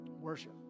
Worship